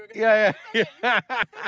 yeah, yeah.